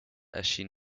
erschien